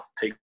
take